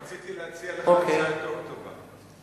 רציתי להציע לך הצעה יותר טובה,